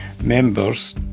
members